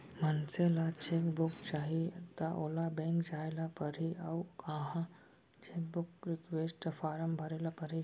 मनसे ल cheque book चाही त ओला बेंक जाय ल परही अउ उहॉं चेकबूक रिक्वेस्ट फारम भरे ल परही